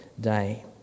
day